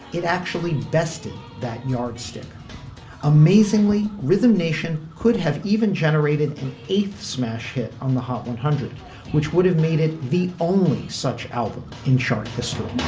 it actually bested that yardstick amazingly rhythm nation could have even generated an eighth smash hit on the hot one hundred which would have made it the only such album in chart history